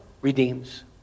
redeems